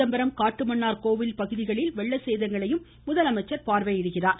சிதம்பரம் காட்டுமன்னார்கோவில் பகுதிகளில் வெள்ள சேதங்களையும் முதலமைச்சர் பார்வையிட உள்ளார்